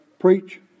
preach